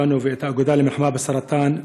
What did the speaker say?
אותנו ואת האגודה למלחמה בסרטן: